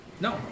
no